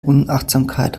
unachtsamkeit